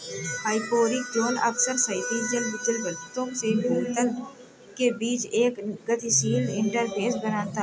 hyporheic zone अक्सर सतही जल जलभृतों से भूजल के बीच एक गतिशील इंटरफ़ेस बनाता है